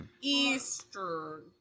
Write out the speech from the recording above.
Eastern